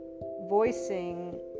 voicing